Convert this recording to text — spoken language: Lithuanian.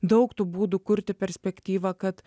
daug tų būdų kurti perspektyvą kad